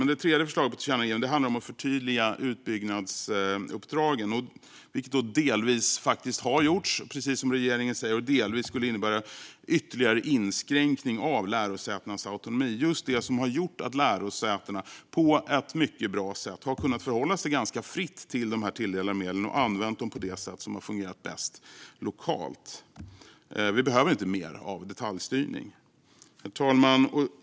Det tredje förslaget till tillkännagivande handlar om att förtydliga utbyggnadsuppdragen, vilket dels faktiskt har gjorts, precis som regeringen säger, dels skulle innebära en ytterligare inskränkning av lärosätenas autonomi - just det som har gjort att lärosätena på ett mycket bra sätt har kunnat förhålla sig ganska fritt till de tilldelade medlen och kunnat använda dem på det sätt som har fungerat bäst lokalt. Vi behöver inte mer av detaljstyrning. Herr talman!